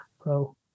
pro